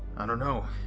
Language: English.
i don't know.